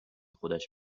خودش